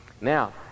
Now